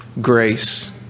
grace